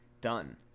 done